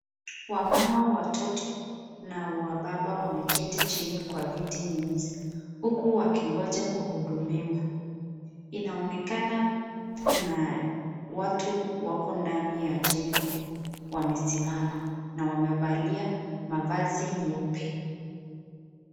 Wamama, watoto na wababa wameketi chini kwa viti nyeusi huku wakingoja kuhudumiwa. Inaonekana kuna watu wako ndani ya jengo wamesimama na wamevalia mavazi nyeupe.